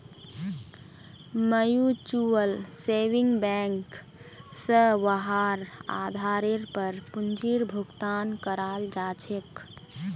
mutual saving bank स वहार आधारेर पर पूंजीर भुगतान कराल जा छेक